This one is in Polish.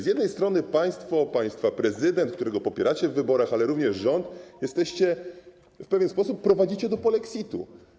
Z jednej strony państwo, państwa prezydent, którego popieracie w wyborach, ale również rząd w pewien sposób prowadzicie do polexitu.